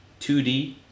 2D